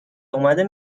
اومده